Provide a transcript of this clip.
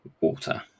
water